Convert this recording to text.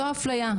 זו הפליה.